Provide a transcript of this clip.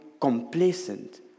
complacent